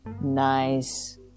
Nice